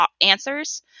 answers